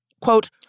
quote